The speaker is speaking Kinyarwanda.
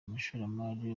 umushoramari